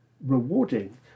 rewarding